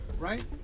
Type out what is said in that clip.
Right